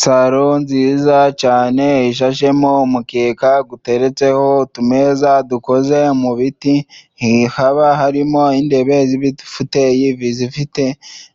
Salo nziza cyane ishashemo umukeka uteretseho utumeza dukoze mu biti, haba harimo intebe z'ibifuteyi bifite